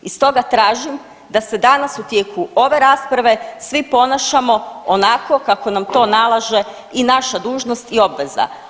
I stoga tražim da se danas u tijeku ove rasprave svi ponašamo onako kako nam to nalaže i naša dužnost i obveza.